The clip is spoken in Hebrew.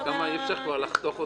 אי אפשר לחתוך אותי לגמרי...